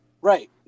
Right